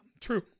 True